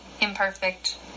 imperfect